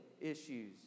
issues